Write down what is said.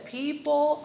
people